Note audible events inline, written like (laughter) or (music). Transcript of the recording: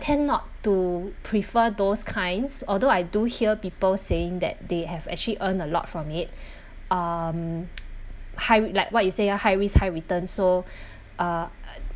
tend not to prefer those kinds although I do hear people saying that they have actually earn a lot from it um (noise) hig~ like what you say ah high risk high return so